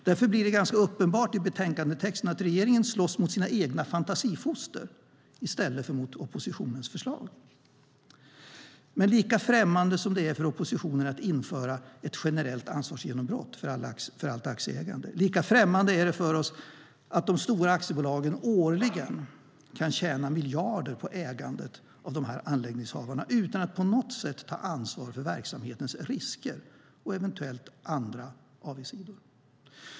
Därför blir det ganska uppenbart i betänkandetexten att regeringen slåss mot sina egna fantasifoster i stället för mot oppositionens förslag. Lika främmande som det är för oppositionen att införa ett generellt ansvarsgenombrott för allt aktieägande, lika främmande är det dock för oss att de stora aktiebolagen årligen kan tjäna miljarder på ägandet av dessa anläggningshavare utan att på något sätt ta ansvar för verksamhetens risker och eventuellt andra avigsidor.